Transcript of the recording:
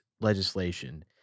legislation